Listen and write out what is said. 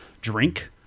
drink